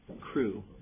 crew